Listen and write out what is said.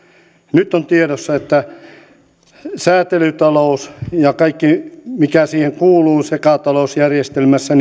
nyt on tiedossa että säätelytalous ja kaikki mikä siihen kuuluu sekatalousjärjestelmässä